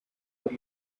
our